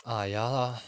ah ya lah